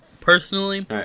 Personally